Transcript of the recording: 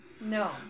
No